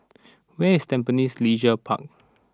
where is Tampines Leisure Park